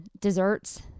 desserts